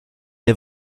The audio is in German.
der